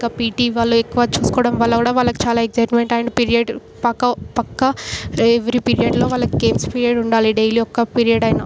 ఇంకా పీటి వాళ్ళు ఎక్కువ చూసుకోవడం వల్ల కూడా వాళ్ళకు చాలా ఎగ్జయిట్మెంట్తో అండ్ పీరియడ్ పక పక్క ఎవ్రీ పీరియడ్లో వాళ్ళకు గేమ్స్ పీరియడ్ ఉండాలి డైలీ ఒక్క పీరియడ్ అయినా